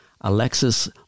Alexis